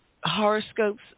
horoscopes